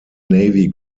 navy